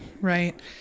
Right